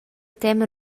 tema